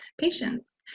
patients